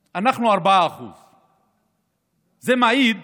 אנחנו, 4%. זה מעיד